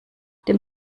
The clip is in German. dem